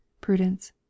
Prudence